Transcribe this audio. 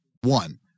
one